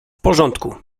porządku